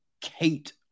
Kate